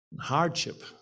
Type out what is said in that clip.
hardship